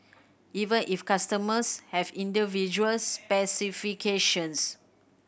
even if customers have individual specifications